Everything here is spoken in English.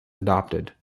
adopted